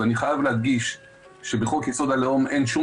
אני חייב להדגיש שבחוק יסוד: הלאום אין שום